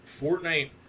Fortnite